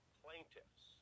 plaintiffs